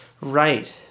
Right